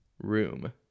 Room